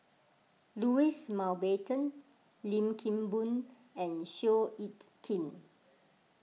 Louis Mountbatten Lim Kim Boon and Seow Yit Kin